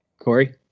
Corey